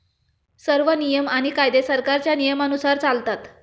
सर्व नियम आणि कायदे सरकारच्या नियमानुसार चालतात